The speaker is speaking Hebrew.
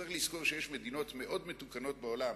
צריך לזכור שיש מדינות מאוד מתוקנות בעולם